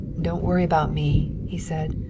don't worry about me, he said.